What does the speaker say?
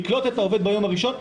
לקלוט את העובד ביום הראשון.